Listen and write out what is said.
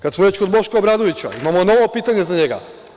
Kad smo već kod Boška Obradovića, imamo novo pitanje za njega.